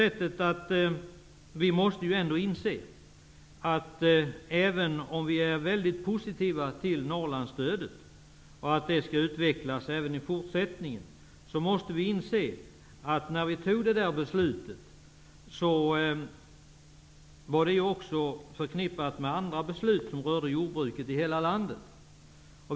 Även om vi är väldigt positiva till Norrlandsstödet och menar att det skall utvecklas även i fortsättningen, måste vi ju inse att det beslut som fattades i den här frågan var förknippat också med andra beslut rörande jordbruket i hela landet.